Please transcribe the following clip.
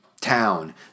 town